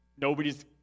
nobody's